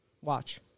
Watch